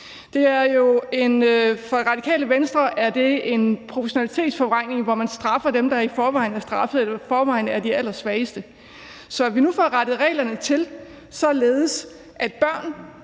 For Radikale Venstre er det en proportionsforvrængning, hvor man straffer dem, der i forvejen er straffet eller i forvejen er de allersvageste. Så at vi nu får rettet reglerne til, således at